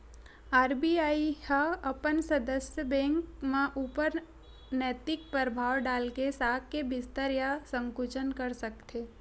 RBI ह अपन सदस्य बेंक मन ऊपर नैतिक परभाव डाल के साख के बिस्तार या संकुचन कर सकथे